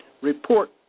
report